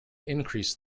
increased